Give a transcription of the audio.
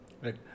Right